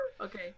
Okay